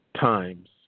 times